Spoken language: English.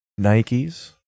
Nikes